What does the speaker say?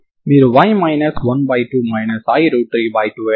ఇదే మొత్తం శక్తి వాస్తవానికి మనం కలిగి ఉన్న దానిని నేను ఈ విధంగా నిర్వచించాను